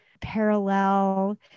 parallel